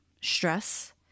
stress